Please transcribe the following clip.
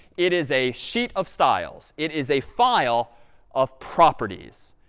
it is a sheet of styles. it is a file of properties.